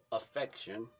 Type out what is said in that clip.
affection